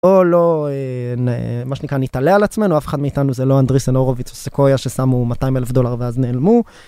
בוא לא, מה שנקרא, נתעלה על עצמנו, אף אחד מאיתנו זה לא אנדריס אנורוביץ או סקויה ששמו 200 אלף דולר ואז נעלמו.